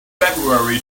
february